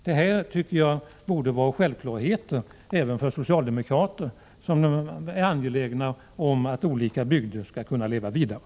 Jag tycker att det här borde vara självklart även för socialdemokrater som är angelägna om att bygder skall kunna leva vidare.